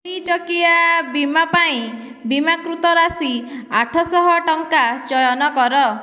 ଦୁଇ ଚକିଆ ବୀମା ପାଇଁ ବୀମାକୃତ ରାଶି ଆଠଶହ ଟଙ୍କା ଚୟନ କର